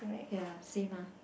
ya same ah